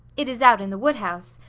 it is out in the woodhouse.